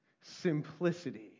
Simplicity